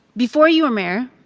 before you were mayor,